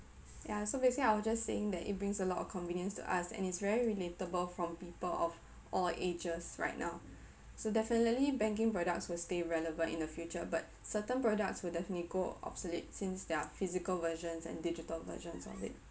ya so basically I was just saying that it brings a lot of convenience to us and it's very relatable from people of all the ages right now so definitely banking products will stay relevant in the future but certain products will definitely go obsolete since there are physical versions and digital versions of it